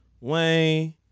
Wayne